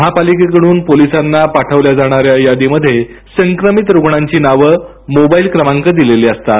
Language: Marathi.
महापालिकेकडून पोलिसांना पाठविल्या जाणाऱ्या यादीमध्ये संक्रमित रुग्णांची नावे मोबाईल क्रमांक दिलेले असतात